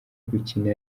gukina